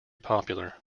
popular